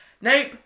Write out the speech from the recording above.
nope